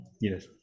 Yes